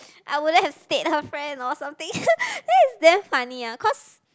I wouldn't have stayed her friend or something then it's damn funny ah cause